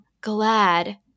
glad